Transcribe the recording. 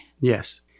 Yes